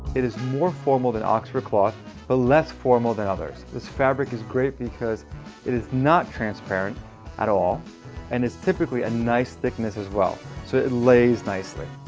it is more formal than oxford cloth but less formal than others. this fabric is great because it is not transparent at all and is typically a nice thickness as well so it lies nicely.